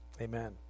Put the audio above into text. Amen